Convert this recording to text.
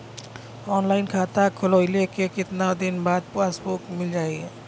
Online खाता खोलवईले के कितना दिन बाद पासबुक मील जाई?